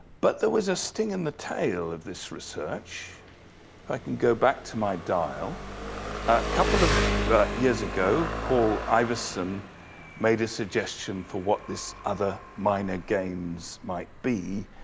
but there was a sting in the tail of this research. if i can go back to my dial. a couple of years ago, paul iverson made a suggestion for what this other, minor games might be.